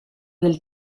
del